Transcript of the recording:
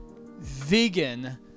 vegan